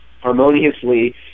harmoniously